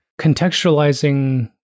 Contextualizing